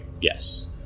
yes